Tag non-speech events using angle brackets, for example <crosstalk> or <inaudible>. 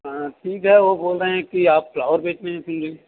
हाँ ठीक है वह बोल रहे हैं कि आप फ्लावर बेचते हैं <unintelligible>